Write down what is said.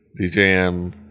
DJM